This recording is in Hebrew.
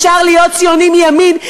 אפשר להיות ציונים מימין,